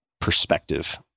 perspective